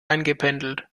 eingependelt